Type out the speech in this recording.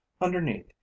underneath